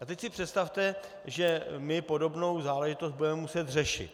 A teď si představte, že my podobnou záležitost budeme muset řešit.